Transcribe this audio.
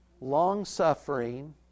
long-suffering